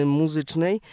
muzycznej